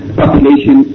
population